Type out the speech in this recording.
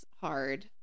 hard